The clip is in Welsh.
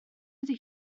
ydy